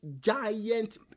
giant